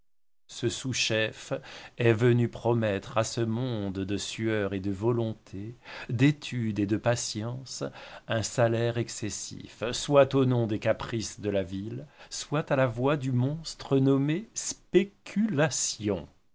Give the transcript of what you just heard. ce sous-chef est venu promettre à ce monde de sueur et de volonté d'étude et de patience un salaire excessif soit au nom des caprices de la ville soit à la voix du monstre nommé spéculation